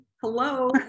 Hello